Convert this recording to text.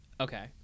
Okay